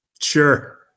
Sure